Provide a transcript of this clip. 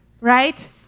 Right